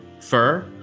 fur